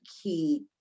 key